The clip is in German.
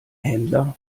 händler